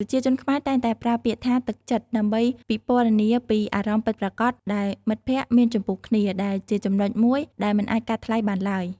ប្រជាជនខ្មែរតែងតែប្រើពាក្យថា“ទឹកចិត្ត”ដើម្បីពិពណ៌នាពីអារម្មណ៍ពិតប្រាកដដែលមិត្តភក្តិមានចំពោះគ្នា ដែលជាចំណុចមួយដែលមិនអាចកាត់ថ្លៃបានឡើយ។